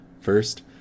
First